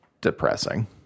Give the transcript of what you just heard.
depressing